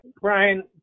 brian